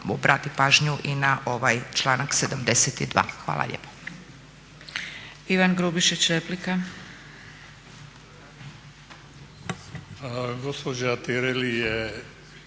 obrati pažnju i na ovaj članak 72. Hvala lijepa. **Zgrebec, Dragica